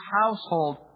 household